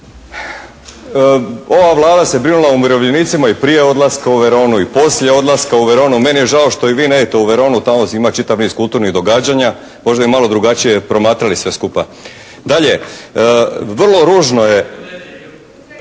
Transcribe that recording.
Ova Vlada se brinula o umirovljenicima i prije odlaska u Veronu i poslije odlaska u Veronu. Meni je žao što i vi ne idete u Veronu, tamo ima čitav niz kulturnih događanja, možda bi malo drugačije promatrali sve skupa. Dalje, vrlo ružno je